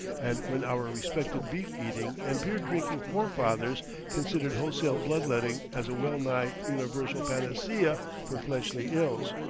and when our respected beef-eating and beer-drinking forefathers considered wholesale blood-letting as a well-nigh universal panacea for fleshly ills.